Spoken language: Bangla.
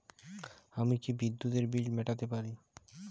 আমি কি বিদ্যুতের বিল মেটাতে পারি?